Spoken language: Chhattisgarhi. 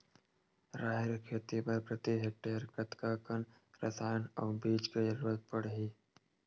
राहेर के खेती बर प्रति हेक्टेयर कतका कन रसायन अउ बीज के जरूरत पड़ही?